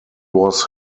was